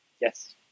Yes